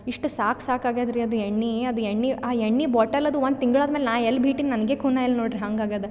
ಇಷ್ಟು ಸಾಕು ಸಾಕು ಆಗ್ಯಾದ್ರಿ ಅದು ಎಣ್ಣೆ ಅದು ಎಣ್ಣೆ ಆ ಎಣ್ಣೆ ಬೊಟಲ್ ಅದು ಒಂದು ತಿಂಗ್ಳು ಆದ್ಮೇಲೆ ನಾ ಎಲ್ಲ ಬಿಟ್ಟಿನಿ ನನಗೆ ಖುನಾಯಿಲ್ ನೋಡ್ರಿ ಹಂಗಾಗ್ಯಾದ